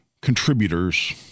contributors